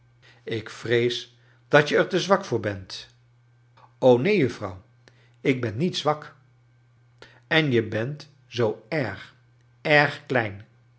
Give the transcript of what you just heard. ik vrees dat je er te zwak voor bent neen juffrouw ik ben niet zwak en je bent zoor erg erg klein